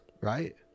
right